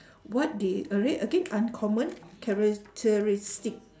what did a re~ again uncommon characteristic